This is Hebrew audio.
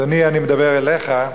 אני מדבר אליך,